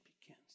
begins